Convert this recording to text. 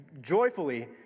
joyfully